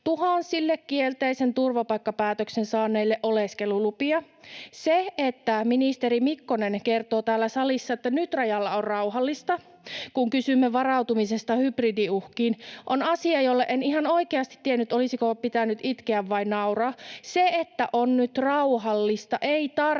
tuhansille kielteisen turvapaikkapäätöksen saaneille oleskelulupia. Se, että ministeri Mikkonen kertoo täällä salissa, että nyt rajalla on rauhallista, kun kysymme varautumisesta hybridiuhkiin, on asia, jolle en ihan oikeasti tiennyt, olisiko pitänyt itkeä vai nauraa. Se, että on nyt rauhallista, ei tarkoita,